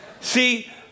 See